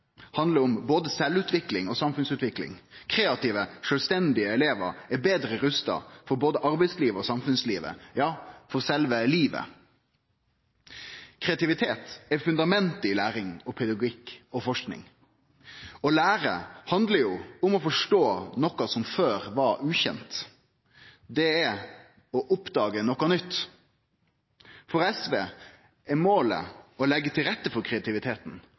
handlar både om sjølvutvikling og samfunnsutvikling. Kreative, sjølvstendige elevar er betre rusta for både arbeidslivet og samfunnslivet – ja, for sjølve livet. Kreativitet er fundamentet i læring, pedagogikk og forsking. Å lære handlar om å forstå noko som før var ukjent – det er å oppdage noko nytt. For SV er målet å leggje til rette for kreativiteten